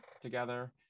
together